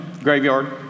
graveyard